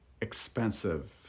expensive